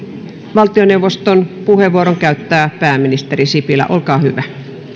valtioneuvoston puheenvuoron käyttää pääministeri sipilä olkaa hyvä